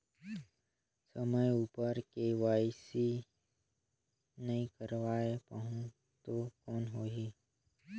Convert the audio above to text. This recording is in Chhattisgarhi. समय उपर के.वाई.सी नइ करवाय पाहुं तो कौन होही?